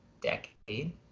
decade